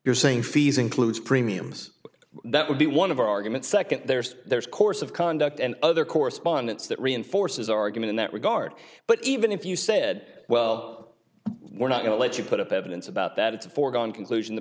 you're saying fees includes premiums that would be one of argument second there's there's a course of conduct and other correspondence that reinforces argument in that regard but even if you said well we're not going to let you put up evidence about that it's a foregone conclusion the